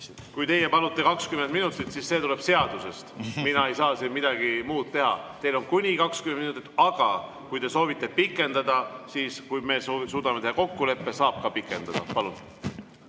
Kui teie palute 20 minutit, siis see tuleb seadusest. Mina ei saa siin midagi muud teha. Teil on kuni 20 minutit, aga kui te soovite pikendada, siis kui me suudame teha kokkuleppe, saab ka pikendada. Kui